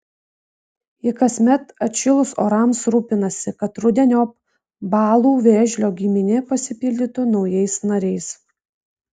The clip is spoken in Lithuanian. ji kasmet atšilus orams rūpinasi kad rudeniop balų vėžlio giminė pasipildytų naujais nariais